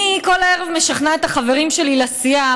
אני כל הערב משכנעת את החברים שלי לסיעה